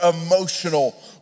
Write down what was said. emotional